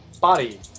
body